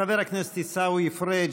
חבר הכנסת עיסאווי פריג',